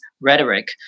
rhetoric